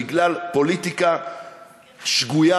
בגלל פוליטיקה שגויה,